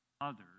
others